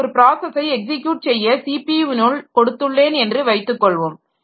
நான் ஒரு ப்ராஸஸை எக்ஸிக்யூட் செய்ய ஸிபியுவினுள் கொடுத்துள்ளேன் என்று வைத்துக்கொள்வோம்